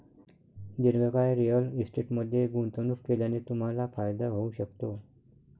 दीर्घकाळ रिअल इस्टेटमध्ये गुंतवणूक केल्याने तुम्हाला फायदा होऊ शकतो